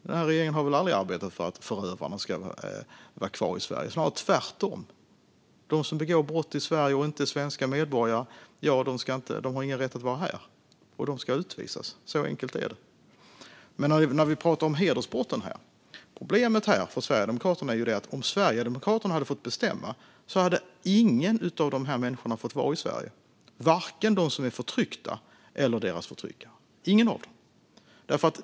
Den här regeringen har aldrig arbetat för att förövarna ska vara kvar i Sverige, snarare tvärtom. De som begår brott i Sverige och inte är svenska medborgare har ingen rätt att vara här och ska utvisas. Så enkelt är det. När vi pratar om hedersbrotten är problemet för Sverigedemokraterna att om de hade fått bestämma hade ingen av de här människorna fått vara i Sverige, varken de som är förtryckta eller deras förtryckare - ingen av dem.